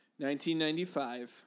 1995